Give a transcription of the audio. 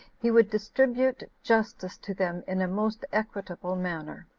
he would distribute justice to them in a most equitable manner.